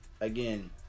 again